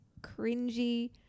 cringy